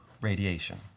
radiation